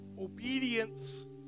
Obedience